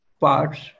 parts